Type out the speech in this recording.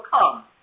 come